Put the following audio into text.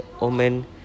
Omen